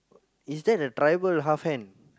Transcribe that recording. is that a tribal half hand